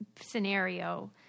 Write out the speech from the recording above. scenario